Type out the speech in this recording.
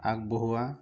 আগৱঢ়োৱা